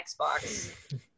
Xbox